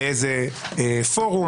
באיזה פורום.